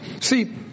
See